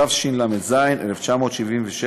התשל"ז 1977,